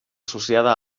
associada